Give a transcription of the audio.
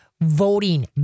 voting